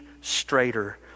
straighter